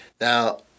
Now